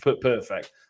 Perfect